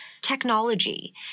technology